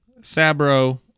Sabro